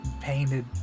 painted